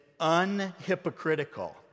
unhypocritical